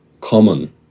common